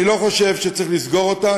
אני לא חושב שצריך לסגור אותה,